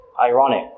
Ironic